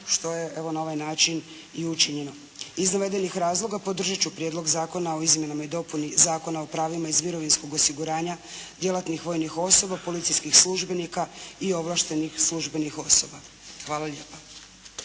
što je evo na ovaj način i učinjeno. Iz navedenih razloga podržat ću Prijedlog zakona o izmjenama i dopuni Zakona o pravima iz mirovinskog osiguranja djelatnih vojnih osoba, policijskih službenika i ovlaštenih službenih osoba. Hvala lijepa.